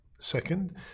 Second